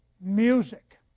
music